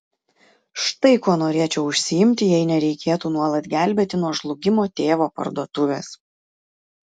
štai kuo norėčiau užsiimti jei nereikėtų nuolat gelbėti nuo žlugimo tėvo parduotuvės